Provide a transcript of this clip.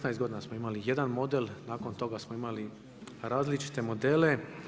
16 godina smo imali jedan model, nakon toga smo imali različite modele.